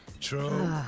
True